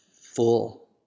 full